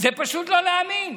זה פשוט לא להאמין,